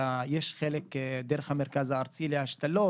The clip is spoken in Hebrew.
יש חלק שמגיעים דרך המרכז הארצי להשתלות.